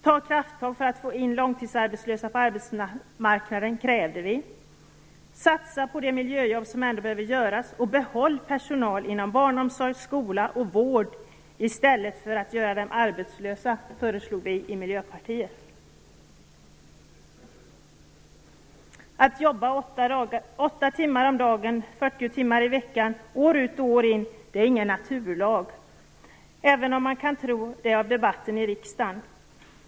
Ta krafttag för att få in långtidsarbetslösa på arbetsmarknaden, krävde vi. Satsa på de miljöjobb som ändå behöver göras och behåll personal inom barnomsorg, skola och vård i stället för att göra den arbetslös, föreslog vi i Miljöpartiet. Att man skall jobba åtta timmar om dagen och 40 timmar i veckan år ut och år in är ingen naturlag, även om det intrycket kan ges av debatten i riksdagen.